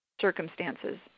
circumstances